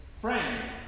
friend